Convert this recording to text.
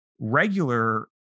regular